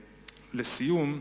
לסיום,